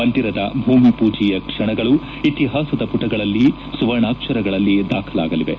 ಮಂದಿರದ ಭೂಮಿಪೂಜೆಯ ಕ್ಷಣಗಳು ಇತಿಹಾಸದ ಪುಟಗಳಲ್ಲಿ ಸುವರ್ಣಾಕ್ಷರಗಳಲ್ಲಿ ದಾಖಲಾಗಲಿವೆ